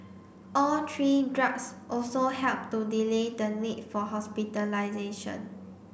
all three drugs also helped to delay the need for hospitalisation